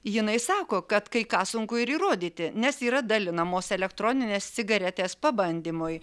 jinai sako kad kai ką sunku ir įrodyti nes yra dalinamos elektroninės cigaretės pabandymui